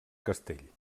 castell